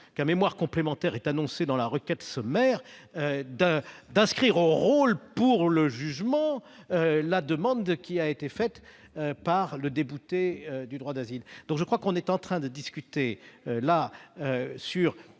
qu'un mémoire complémentaire est annoncé dans la requête sommaire, d'inscrire au rôle pour le jugement la demande faite par un débouté du droit d'asile. Nous sommes en train de discuter d'une